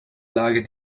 lage